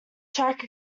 track